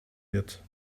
wird